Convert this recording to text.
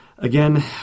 Again